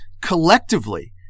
collectively